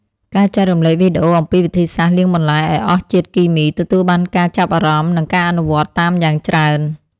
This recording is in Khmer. ការចែករំលែកវីដេអូអំពីវិធីសាស្ត្រលាងបន្លែឱ្យអស់ជាតិគីមី ទទួលបានការចាប់អារម្មណ៍និងការអនុវត្តតាមយ៉ាងច្រើន។